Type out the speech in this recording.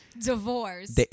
Divorce